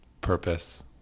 purpose